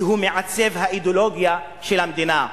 כי הוא מעצב האידיאולוגיה של המדינה.